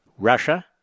Russia